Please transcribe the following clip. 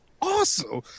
awesome